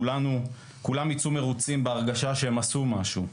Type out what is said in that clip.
כולם ייצאו מרוצים בהרגשה שהם עשו משהו.